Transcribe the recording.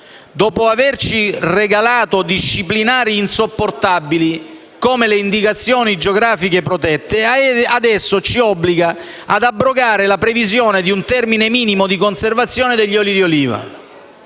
dopo averci regalato disciplinari insopportabili come le indicazioni geografiche protette, adesso ci obbliga ad abrogare la previsione di un termine minimo di conservazione degli oli di oliva.